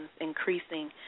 increasing